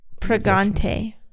pregante